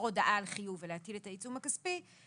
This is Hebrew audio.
הודעה על חיוב ולהטיל את העיצום הכספי,